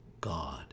God